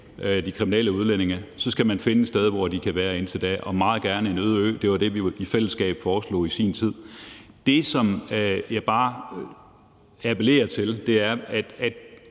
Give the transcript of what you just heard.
de kriminelle udlændinge – hvor de kan være indtil da, og meget gerne en øde ø. Det var det, vi i fællesskab foreslog i sin tid. Det, som jeg bare appellerer til at